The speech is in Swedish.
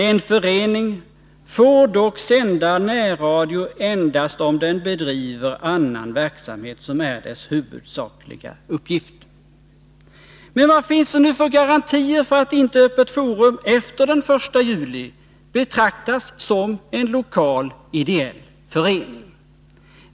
En förening får dock sända närradio endast om den bedriver annan verksamhet som är dess huvudsakliga uppgift. Men vad finns det nu för garantier för att inte Öppet Forum efter den 1 juli betraktas som en lokal ideell förening?